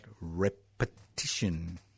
repetition